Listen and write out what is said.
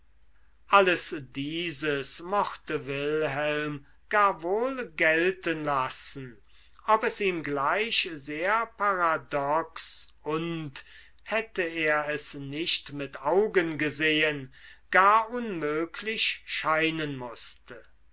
alles dieses mochte wilhelm gar wohl gelten lassen ob es ihm gleich sehr paradox und hätte er es nicht mit augen gesehen gar unmöglich scheinen mußte